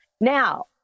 Now